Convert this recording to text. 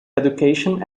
education